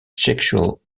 sexual